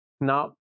Now